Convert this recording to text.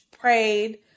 prayed